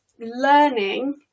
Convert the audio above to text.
learning